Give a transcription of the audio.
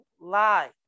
lie